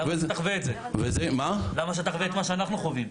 למה שתחווה את מה שאנחנו חווים?